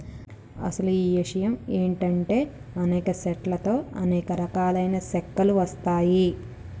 అసలు ఇషయం ఏంటంటే అనేక సెట్ల తో అనేక రకాలైన సెక్కలు వస్తాయి